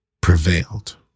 prevailed